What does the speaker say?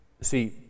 See